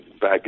back